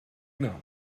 not